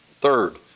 third